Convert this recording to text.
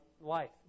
life